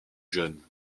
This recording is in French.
jeunes